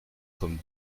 comme